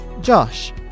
Josh